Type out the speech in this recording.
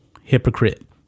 hypocrite